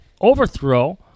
overthrow